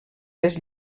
les